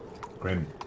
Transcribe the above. Grim